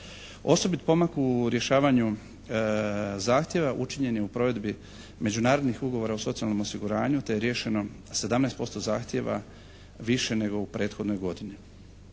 Osobit pomak u rješavanju zahtjeva učinjen je u provedbi međunarodnih ugovora o socijalnom osiguranju te je riješeno 17% zahtjeva više nego u prethodnoj godini.